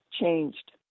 changed